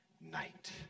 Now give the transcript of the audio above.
night